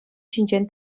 ҫинчен